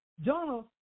Jonah